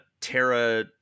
Terra